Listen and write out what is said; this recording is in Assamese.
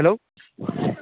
হেল্ল'